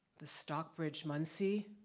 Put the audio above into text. the stockbridge-munsee,